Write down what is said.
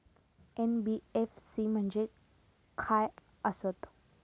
NBFC म्हणजे खाय आसत?